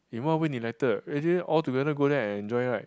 in what way neglected already altogether go there and enjoy right